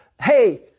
hey